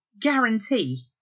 guarantee